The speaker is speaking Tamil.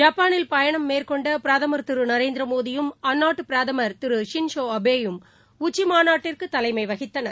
ஜப்பானில் பயணம் மேற்கொண்டபிரதமர் திருநரேந்திரமோடியும் அந்நாட்டுபிரதமர் திரு ஷின் சோஅபேயும் உச்சிமாநாட்டிற்குதலைமைவகித்தனர்